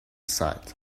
sighed